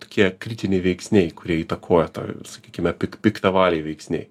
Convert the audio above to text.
tokie kritiniai veiksniai kurie įtakoja tą sakykime pik piktavaliai veiksniai